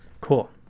cool